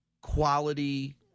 quality